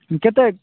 କେତେ